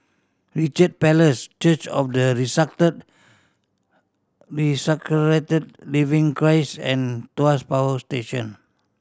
Richard Palace Church of the Resurrected Living Christ and Tuas Power Station